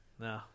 No